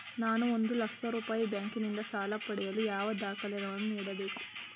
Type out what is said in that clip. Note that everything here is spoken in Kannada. ನಾನು ಒಂದು ಲಕ್ಷ ರೂಪಾಯಿ ಬ್ಯಾಂಕಿನಿಂದ ಸಾಲ ಪಡೆಯಲು ಯಾವ ದಾಖಲೆಗಳನ್ನು ನೀಡಬೇಕು?